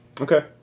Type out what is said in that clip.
Okay